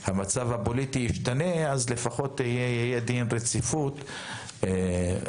שאם המצב הפוליטי ישתנה אז לפחות יהיה דין רציפות בכנסת.